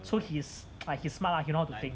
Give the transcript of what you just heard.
so he's like he's smart lah he know how to think